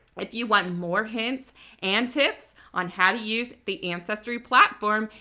if you want more hints and tips on how to use the ancestry platform,